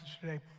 today